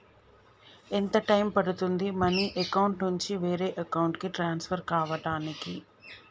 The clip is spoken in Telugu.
ఎంత టైం పడుతుంది మనీ అకౌంట్ నుంచి వేరే అకౌంట్ కి ట్రాన్స్ఫర్ కావటానికి?